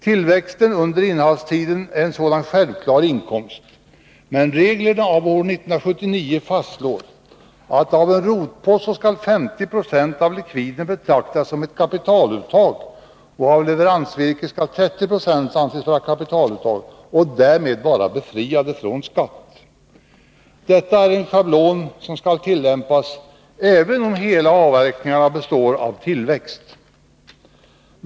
Tillväxten under innehavstiden är en sådan självklar inkomst, men reglerna av år 1979 fastslår att av en rotpost skall 50 26 av likviden betraktas som ett kapitaluttag och att av leveransvirke skall 30 96 anses vara kapitaluttag och därmed vara befriat från skatt. Detta är en schablon som skall tillämpas, även om hela avverkningarna består av tillväxt.